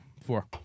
Four